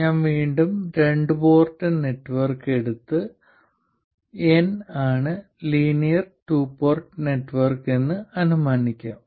ഞാൻ വീണ്ടും രണ്ട് പോർട്ട് നെറ്റ്വർക്ക് എടുത്ത് N ആണ് ലീനിയർ ടു പോർട്ട് നെറ്റ്വർക്ക് എന്ന് അനുമാനിക്കാം